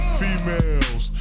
females